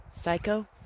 Psycho